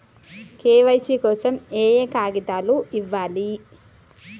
KYC కోసం ఏయే కాగితాలు ఇవ్వాలి?